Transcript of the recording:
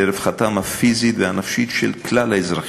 לרווחתם הפיזית והנפשית של כלל האזרחים,